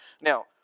Now